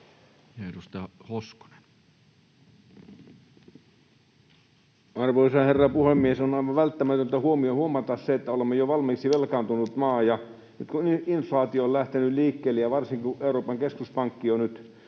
Arvoisa herra puhemies! On aivan välttämätöntä huomata se, että olemme jo valmiiksi velkaantunut maa. Ja nyt, kun inflaatio on lähtenyt liikkeelle ja varsinkin kun Euroopan keskuspankki on nyt